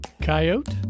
Coyote